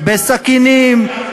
בסכינים,